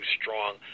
strong